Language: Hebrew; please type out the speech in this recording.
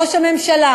ראש הממשלה,